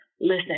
listen